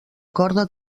corda